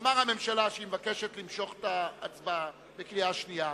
תאמר הממשלה שהיא מבקשת למשוך את ההצבעה בקריאה שנייה,